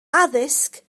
addysg